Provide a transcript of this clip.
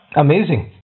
Amazing